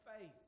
faith